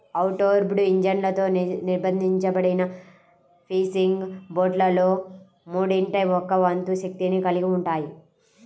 outboard ఇంజన్లతో నిర్బంధించబడిన fishing బోట్లలో మూడింట ఒక వంతు శక్తిని కలిగి ఉంటాయి